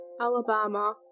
Alabama